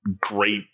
great